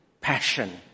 passion